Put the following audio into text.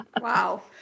Wow